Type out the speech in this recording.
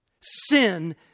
Sin